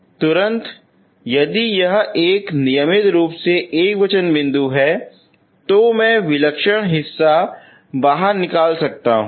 तुरंत यदि यह एक नियमित रूप से एकवचन बिंदु है तो मैं विलक्षण हिस्सा बाहर निकाल सकता हूँ